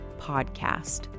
podcast